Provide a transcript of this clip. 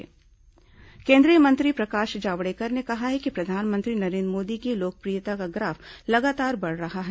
प्रधानमंत्री लोकप्रियता केंद्रीय मंत्री प्रकाश जावड़ेकर ने कहा है कि प्रधानमंत्री नरेन्द्र मोदी की लोकप्रियता का ग्राफ लगातार बढ़ रहा है